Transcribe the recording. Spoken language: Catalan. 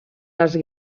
les